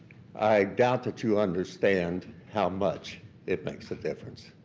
i doubt that you understand how much it makes a difference.